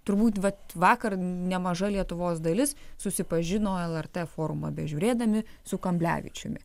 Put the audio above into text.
turbūt vat vakar nemaža lietuvos dalis susipažino lrt forumą bežiūrėdami su kamblevičiumi